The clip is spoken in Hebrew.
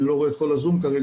אני לא רואה פה את כל הזום כרגע,